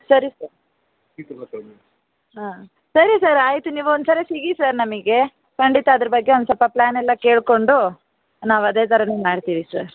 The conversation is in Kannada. ಸರಿ ಸರ್ ಹಾಂ ಸರಿ ಸರ್ ಆಯಿತು ನೀವು ಒಂದ್ಸರಿ ಸಿಕ್ಕಿ ಸರ್ ನಮಗೆ ಖಂಡಿತ ಅದರ ಬಗ್ಗೆ ಒಂದು ಸ್ವಲ್ಪ ಪ್ಲಾನ್ ಎಲ್ಲ ಕೇಳಿಕೊಂಡು ನಾವು ಅದೇ ಥರನೇ ಮಾಡ್ತೀವಿ ಸರ್